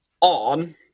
on